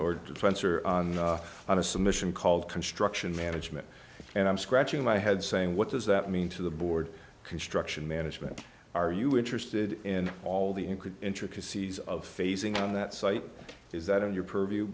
order to france or on a submission called construction management and i'm scratching my head saying what does that mean to the board construction management are you interested in all the include intricacies of phasing on that site is that in your purview